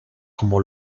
como